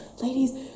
ladies